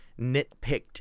nitpicked